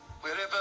Wherever